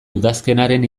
udazkenaren